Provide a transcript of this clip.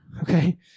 Okay